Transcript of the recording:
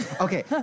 okay